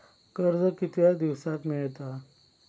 कर्ज कितक्या दिवसात मेळता?